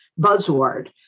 buzzword